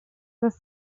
das